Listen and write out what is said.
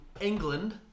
England